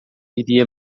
iria